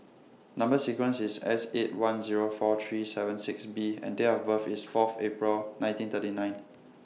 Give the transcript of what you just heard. Number sequence IS S eight one Zero four three seven six B and Date of birth IS Fourth April nineteen thirty nine